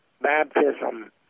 baptism